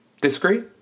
Disagree